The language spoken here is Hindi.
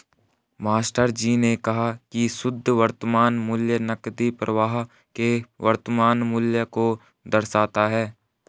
मास्टरजी ने कहा की शुद्ध वर्तमान मूल्य नकदी प्रवाह के वर्तमान मूल्य को दर्शाता है